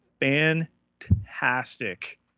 fantastic